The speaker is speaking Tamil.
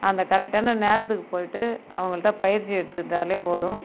அந்தக் கரெக்டான நேரத்துக்கு போயிட்டு அவங்கள்ட்ட பயிற்சி எடுத்துக்கிட்டாலே போதும்